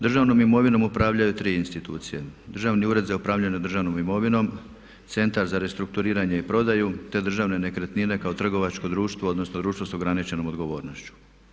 Državnom imovinom upravljaju tri institucije, Državni ured za upravljanje državnom imovinom, Centar za restrukturiranje i prodaju te Državne nekretnine kao trgovačko društvo odnosno društvo s ograničenom odgovornošću.